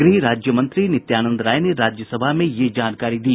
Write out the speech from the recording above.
गृह राज्यमंत्री नित्यानंद राय ने राज्यसभा में यह जानकारी दी